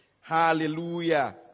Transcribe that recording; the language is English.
hallelujah